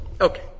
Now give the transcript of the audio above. Okay